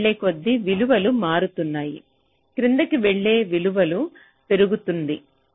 పైకి వెళ్లేకొద్దీ విలువలు మారుతున్నాయి క్రిందికి వెళ్తే విలువలు పెరుగుతుంది